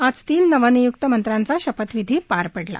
आज तीन नवनिय्क्त मंत्र्यांचा शपथविधी पार पडला